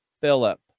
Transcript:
Philip